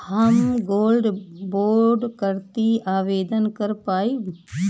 हम gold bond करती आवेदन कर पाईब?